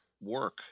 Work